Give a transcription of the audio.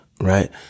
right